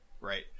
right